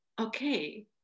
okay